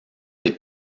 des